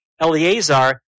Eleazar